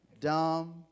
dumb